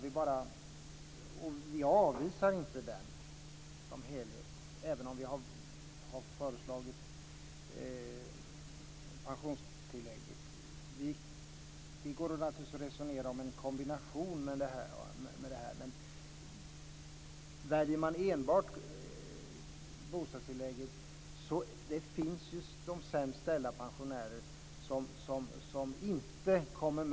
Vi avvisar inte den som helhet, även om vi har föreslagit pensionstillägg. Det går naturligtvis att resonera om en kombination av detta. Men väljer man en ensidig modell med enbart bostadstillägget kommer de sämst ställda pensionärerna inte med.